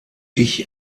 ich